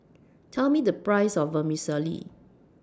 Tell Me The Price of Vermicelli